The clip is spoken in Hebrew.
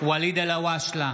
ואליד אלהואשלה,